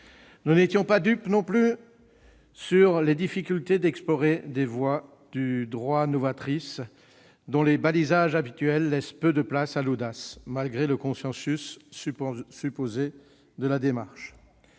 Nous n'étions pas dupes non plus des difficultés d'explorer des voies du droit novatrices, dont les balisages habituels laissent peu de place à l'audace, malgré le consensus supposé de la démarche.